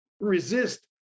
resist